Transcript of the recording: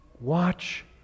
Watch